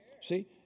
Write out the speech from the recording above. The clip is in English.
See